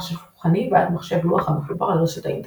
מחשב שולחני ועד מחשב לוח המחובר לרשת האינטרנט.